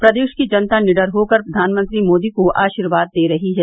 प्रदेश की जनता निडर होकर प्रधानमंत्री मोदी को आशीर्वाद दे रही है